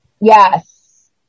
Yes